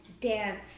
dance